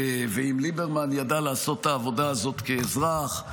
ואם ליברמן ידע לעשות את העבודה הזאת כאזרח,